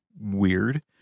weird